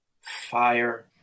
fire